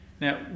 Now